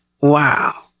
Wow